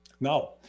now